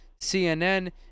CNN